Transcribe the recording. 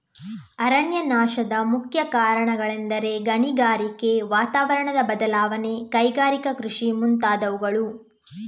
ಅರಣ್ಯನಾಶದ ಮುಖ್ಯ ಕಾರಣಗಳೆಂದರೆ ಗಣಿಗಾರಿಕೆ, ವಾತಾವರಣದ ಬದಲಾವಣೆ, ಕೈಗಾರಿಕಾ ಕೃಷಿ ಮುಂತಾದವುಗಳು